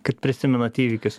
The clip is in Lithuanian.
kaip prisimenat įvykius